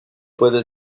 puede